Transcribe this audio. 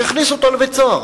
שיכניסו אותו לבית-סוהר.